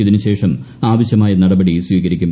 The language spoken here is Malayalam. ഇതിനുശേഷം ആവശ്യമായ നടപടി സ്ഥീകരിക്കും